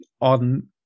on